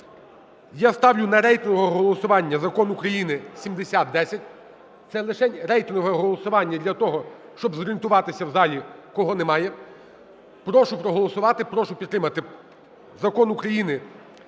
Я ставлю на рейтингове голосування Закон України 7010, це лишень рейтингове голосування для того, щоб зорієнтуватися, в залі кого немає. Прошу проголосувати. Прошу підтримати. Закон України 7010,